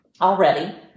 already